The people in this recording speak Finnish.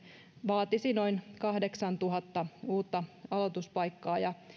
vaatisi noin kahdeksantuhatta uutta aloituspaikkaa ja